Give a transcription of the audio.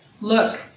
Look